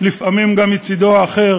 לפעמים גם מצדה האחר